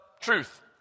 truth